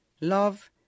love